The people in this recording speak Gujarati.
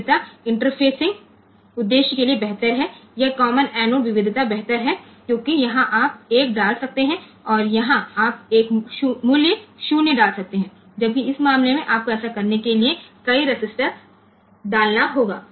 તેથી એક ઇન્ટરફેસિંગ હેતુ માટે આ વેરાયટી વધુ સારી છે આ કોમન એનોડ વેરાયટી વધુ સારી છે કારણ કે અહીં આપણે 1 મૂકી શકીએ છીએ અને અહીં આપણે વેલ્યુ 0 મૂકી શકીએ છીએ જ્યારે આ કિસ્સામાં આપણે ઘણા રેઝીસ્ટન્સ મૂકવાં પડશે